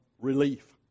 relief